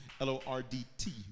L-O-R-D-T